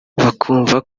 bakumva